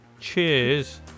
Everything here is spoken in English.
Cheers